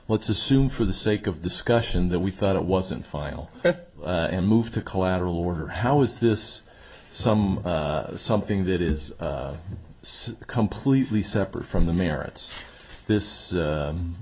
let's assume for the sake of discussion that we thought it wasn't final and moved to collateral or her how is this some something that is completely separate from the merits this